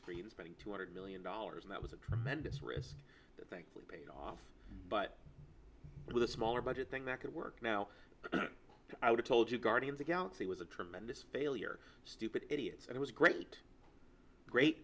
screens putting two hundred million dollars in that was a tremendous risk paid off but with a smaller budget thing that could work now i would've told you guardians the galaxy was a tremendous failure stupid idiots and it was great great